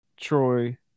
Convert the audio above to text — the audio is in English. Troy